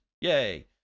Yay